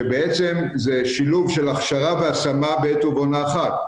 שבעצם זה שילוב של הכשרה והשמה בעת ובעונה אחת.